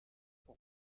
pour